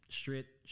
straight